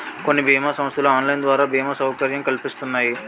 కొన్ని బీమా సంస్థలు ఆన్లైన్ ద్వారా బీమా సౌకర్యం కల్పిస్తున్నాయి